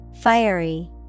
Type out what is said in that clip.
Fiery